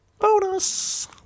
Bonus